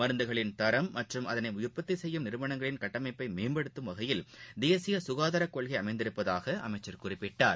மருந்துகளின் தரம் மற்றும் அதனை உற்பத்தி செய்யும் நிறுவனங்களின் கட்டமைப்பை மேம்படுத்துவம் வகையில் தேசிய சுகாதாரக் கொள்கை அமைந்துள்ளதாக அமைச்சர் குறிப்பிட்டார்